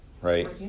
Right